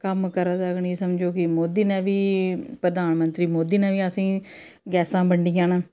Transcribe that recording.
कम्म करै दे गै निं समझो कि मोदी ने बी प्रधानमंत्री मोदी ने बी असेंगी गैसां बड़ियां न